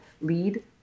lead